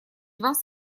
вас